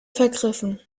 vergriffen